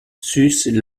sucent